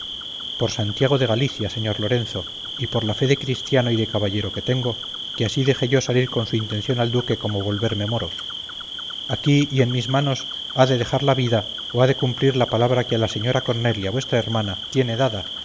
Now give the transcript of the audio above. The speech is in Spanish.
por santiago de galicia señor lorenzo y por la fe de cristiano y de caballero que tengo que así deje yo salir con su intención al duque como volverme moro aquí aquí y en mis manos ha de dejar la vida o ha de cumplir la palabra que a la señora cornelia vuestra hermana tiene dada